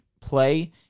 play